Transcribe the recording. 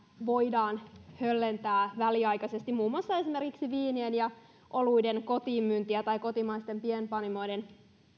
voidaan höllentää väliaikaisesti esimerkiksi viinien ja oluiden kotiinmyyntiä tai kotimaisten pienpanimoiden